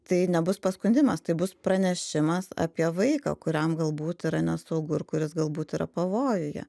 tai nebus paskundimas tai bus pranešimas apie vaiką kuriam galbūt yra nesaugu ir kuris galbūt yra pavojuje